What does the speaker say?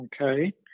Okay